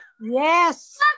Yes